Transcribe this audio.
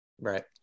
Right